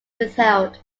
withheld